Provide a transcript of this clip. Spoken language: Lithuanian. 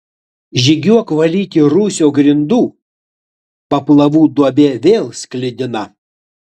žygiuok valyti rūsio grindų paplavų duobė vėl sklidina